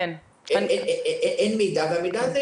אין מידע,